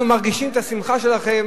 אנחנו מרגישים את השמחה שלכם